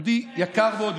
יהודי יקר מאוד,